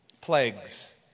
plagues